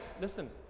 listen